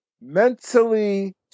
mentally